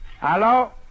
Hello